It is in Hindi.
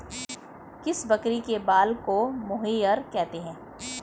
किस बकरी के बाल को मोहेयर कहते हैं?